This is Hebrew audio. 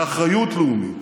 לאחריות לאומית.